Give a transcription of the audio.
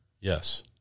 Yes